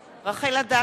או מה ש,